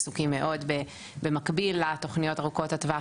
עסוקים מאוד במקביל לתוכניות ארוכות הטווח